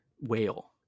whale